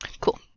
Cool